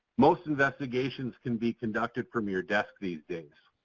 most investigations can be conducted from your desk these days.